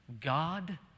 God